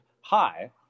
high